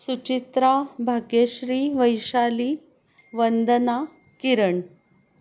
Suchitra Bhagyashree Vaishali Vandana Kiran